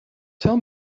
tell